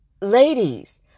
ladies